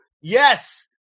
Yes